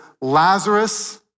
Lazarus